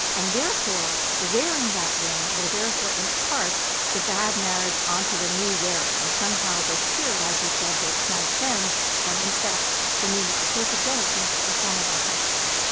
and therefore, wearing that ring will therefore impart the bad marriage onto the new wearer. and somehow this spirit, as you said, will transcend and infect the new marriage. so it's again it's um a form of infection